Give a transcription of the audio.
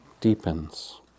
deepens